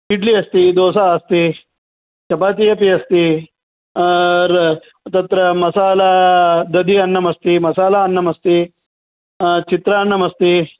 इड्लि अस्ति दोसा अस्ति चपाति अपि अस्ति तत्र मसाला दधिः अन्नम्मस्ति मसाला अन्नम् अस्ति चित्रान्नम् अस्ति